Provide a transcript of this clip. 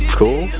cool